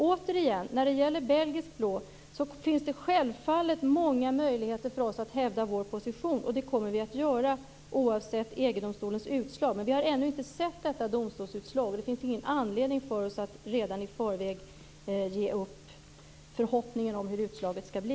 Återigen när det gäller rasen belgisk blå: Det finns självfallet många möjligheter för oss att hävda vår position, och det kommer vi att göra oavsett EG domstolens utslag. Men vi har ännu inte sett detta utslag så det finns ingen anledning för oss att redan i förväg ge upp våra förhoppningar om hur utslaget skall bli.